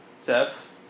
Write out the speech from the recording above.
Seth